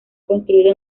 construido